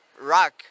rock